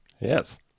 Yes